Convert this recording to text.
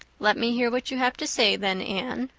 let me hear what you have to say then, anne.